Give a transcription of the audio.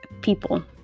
people